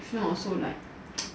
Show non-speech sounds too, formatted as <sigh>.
if not also like <noise>